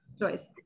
choice